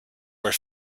were